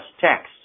text